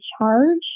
charge